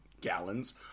gallons